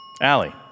Allie